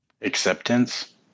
acceptance